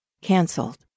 cancelled